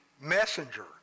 messenger